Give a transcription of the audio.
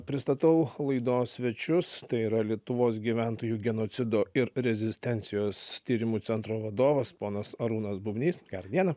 pristatau laidos svečius tai yra lietuvos gyventojų genocido ir rezistencijos tyrimų centro vadovas ponas arūnas bubnys gerą dieną